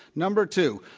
number two,